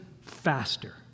faster